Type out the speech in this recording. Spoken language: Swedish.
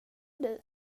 dig